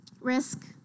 Risk